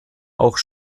auch